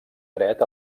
dret